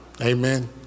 amen